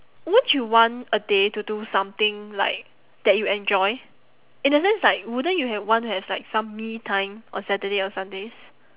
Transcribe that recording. won't you want a day to do something like that you enjoy in a sense like wouldn't you have want to have like some me time on saturday or sundays